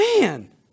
Man